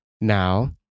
Now